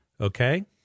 okay